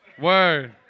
Word